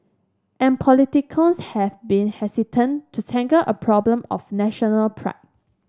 and politicians have been hesitant to tackle a problem of national pride